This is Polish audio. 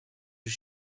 już